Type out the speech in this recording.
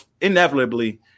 inevitably